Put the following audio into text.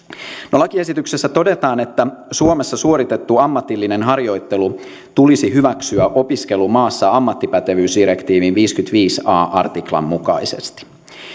lakiesityksessä todetaan että suomessa suoritettu ammatillinen harjoittelu tulisi hyväksyä opiskelumaassa ammattipätevyysdirektiivin viisikymmentäviisi a artiklan mukaisesti